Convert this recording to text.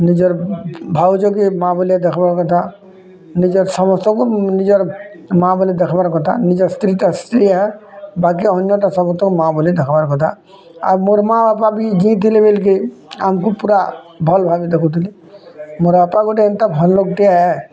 ନିଜର୍ ଭାଉଜ କି ମା ବୋଲି ଦେଖ୍ବାର୍ କଥା ନିଜର୍ ସମସ୍ତଙ୍କୁ ନିଜର୍ ମା ବୋଲି ଦେଖ୍ବାର୍ କଥା ନିଜର୍ ସ୍ତ୍ରୀ ତ ସ୍ତ୍ରୀ ହେଁ ବାକି ଅନ୍ୟ ଟା ସମସ୍ତେ ମାଆ ବୋଲି ଦେଖ୍ବାର୍ କଥା ଆଉ ମୋର୍ ମାଆ ବାପା ବି ଜିଇଁ ଥିଲେ ବେଲ୍କି ଆମକୁ ପୁରା ଭଲ୍ ଭାବେ ଦେଖୁଥିଲେ ମୋର୍ ବାପା ଗୋଟେ ଏନ୍ତା ଭଲ୍ ଲୋଗ୍ ଟେ ଏଁ